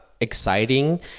exciting